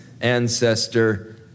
ancestor